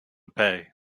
pay